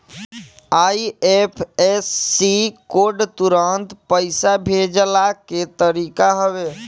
IFSC code तुरंत पईसा भेजला के तरीका हवे